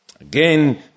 Again